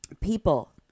People